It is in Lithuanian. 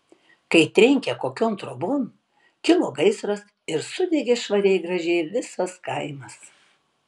kai trenkė kokion trobon kilo gaisras ir sudegė švariai gražiai visas kaimas